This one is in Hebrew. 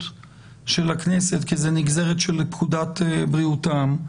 של הכנסת כי זאת נגזרת של פקודת בריאות העם.